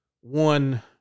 one